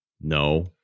No